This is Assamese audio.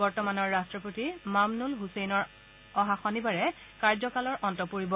বৰ্তমানৰ ৰট্টপতি মামনুন ছছেইনৰ অহা শনিবাৰে কাৰ্যকাল অন্ত পৰিব